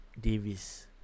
Davis